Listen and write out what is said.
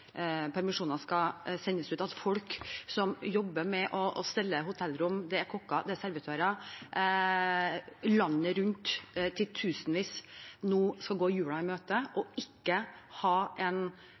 skal sendes ut, og at folk som jobber med å stelle hotellrom, kokker og servitører landet rundt, titusenvis, nå skal gå julen i møte og